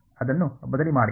ಅದನ್ನು ಬದಲಿ ಮಾಡಿ